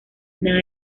nada